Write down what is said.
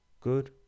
good